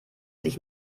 sich